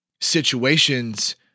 situations